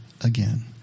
again